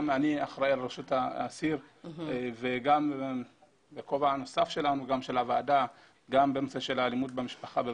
אני אחראי על רשות האסיר ובכובע הנוסף שלנו על נושא האלימות במשפחה.